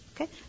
Okay